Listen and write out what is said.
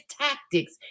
tactics